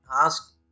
ask